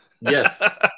Yes